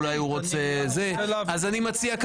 אז אני מציע,